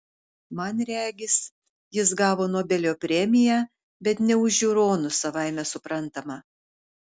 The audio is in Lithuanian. man regis jis gavo nobelio premiją bet ne už žiūronus savaime suprantama